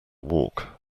walk